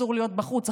אסור להיות בחוץ,